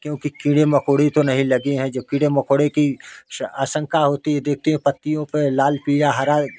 क्योंकि कीड़े मकौड़े तो नहीं लगे है जो कीड़े मकौड़े की आशंका होती है दे देखते है पत्तियों पे लाल पीला हरा